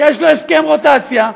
שיש לו הסכם רוטציה,